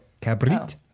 cabrit